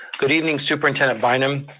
good evening superintendent bynum,